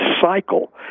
cycle